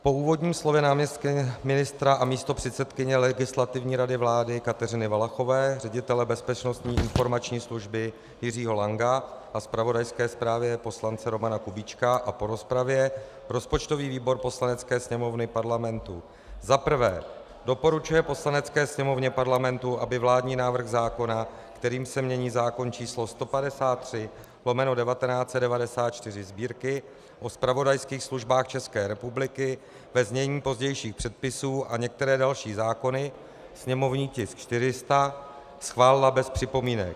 Po úvodním slově náměstkyně ministra a místopředsedkyně Legislativní rady vlády Kateřiny Valachové, ředitele Bezpečnostní informační služby Jiřího Langa, zpravodajské zprávě poslance Romana Kubíčka a po rozpravě rozpočtový výbor Poslanecké sněmovny Parlamentu za prvé doporučuje Poslanecké sněmovně Parlamentu, aby vládní návrh zákona, kterým se mění zákon č. 153/1994 Sb., o zpravodajských službách České republiky, ve znění pozdějších předpisů, a některé další zákony, sněmovní tisk 400, schválila bez připomínek;